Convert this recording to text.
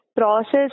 process